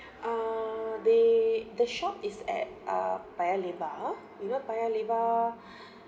uh they the shop is at uh paya lebar you know paya lebar